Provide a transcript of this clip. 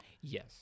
Yes